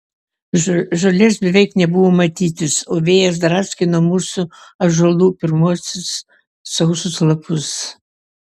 žolės beveik nebuvo matytis o vėjas draskė nuo mūsų ąžuolų pirmuosius sausus lapus